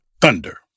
Thunder